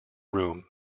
room